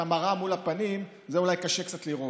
המראה מול הפנים, זה אולי קשה קצת לראות.